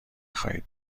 خواهید